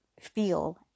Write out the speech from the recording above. feel